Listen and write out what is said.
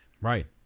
Right